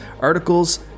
articles